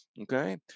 okay